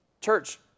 church